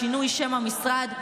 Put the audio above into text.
שינוי שם המשרד.